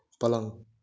पलङ